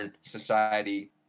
society